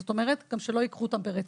זאת אומרת, שגם לא ייקחו את ימי המחלה ברצף.